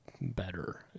better